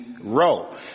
row